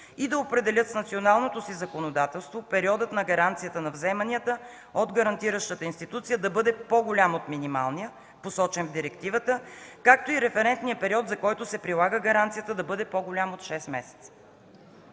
и да определят с националното си законодателство периодът на гаранцията на вземанията от гарантиращата институция да бъде по-голям от минималния, посочен в директивата, както и референтния период, за който се прилага гаранцията, да бъде по-голям от 6 месеца.